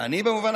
אדוני